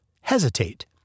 hesitate